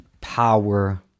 Power